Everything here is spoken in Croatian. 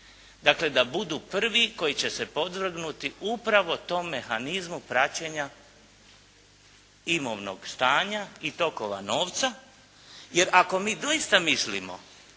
dakle da budu prvi koji će se podvrgnuti upravo tom mehanizmu praćenja imovnog stanja i tokova novca. Jer ako mi doista mislimo